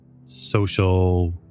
social